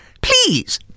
Please